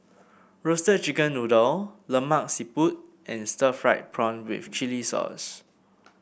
Roasted Chicken Noodle Lemak Siput and Stir Fried Prawn with Chili Sauce